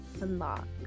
unlock